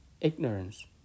ignorance